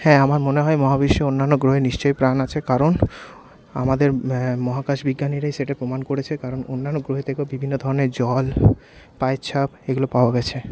হ্যাঁ আমার মনে হয় মহাবিশ্বে অন্যান্য গ্রহে নিশ্চই প্রাণ আছে কারণ আমাদের মহাকাশ বিজ্ঞানীরাই সেটা প্রমাণ করেছে কারণ অন্যান্য গ্রহে থেকেও বিভিন্ন ধরণের জল পায়ের ছাপ এগুলো পাওয়া গেছে